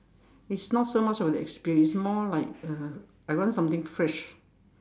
it's not so much of the experience it's more like uh I rather something fresh